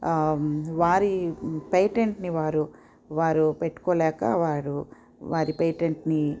వారి పేటెంట్ని వారు వారు పెట్టుకోలేక వారు వారి పేటెంట్ని